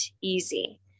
easy